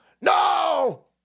no